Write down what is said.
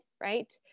right